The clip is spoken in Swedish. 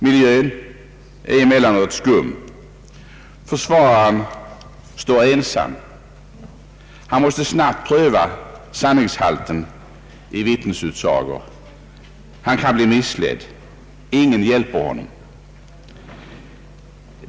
Miljön är emellanåt skum. Försvararen står ensam. Han måste snabbt pröva sanningshalten i vittnesutsagor. Han kan bli missledd, ingen hjälper honom.